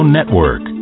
Network